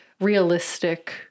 realistic